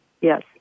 Yes